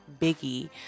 Biggie